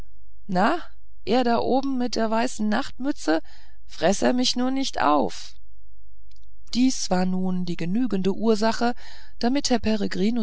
na er da oben mit der weißen nachtmütze fress er mich nur nicht auf dies war nun die genügende ursache warum herr